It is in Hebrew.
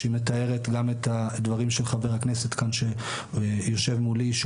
שמתארת גם את הדברים שחבר הכנסת טל תיאר,